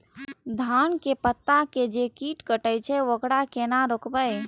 धान के पत्ता के जे कीट कटे छे वकरा केना रोकबे?